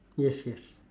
yes yes